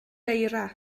eira